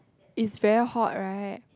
is very hot right